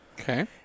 Okay